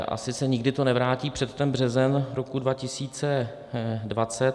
Asi se to nikdy nevrátí před ten březen roku 2020.